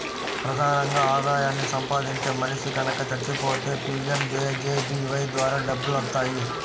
ప్రధానంగా ఆదాయాన్ని సంపాదించే మనిషి గనక చచ్చిపోతే పీయంజేజేబీవై ద్వారా డబ్బులొత్తాయి